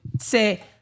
say